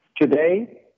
today